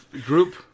group